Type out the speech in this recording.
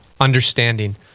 understanding